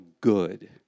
good